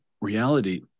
reality